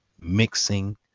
mixing